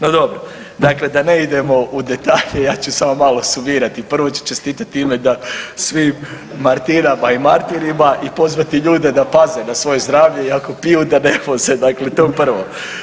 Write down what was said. No dobro, dakle da ne idemo u detalje, ja ću samo malo sumirati, prvo ću čestitati u ime svim Martinama i Martinima i pozvati ljude da paze na svoje zdravlje i ako piju, da ne voze, dakle to je prvi.